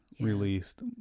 released